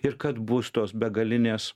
ir kad bus tos begalinės